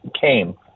came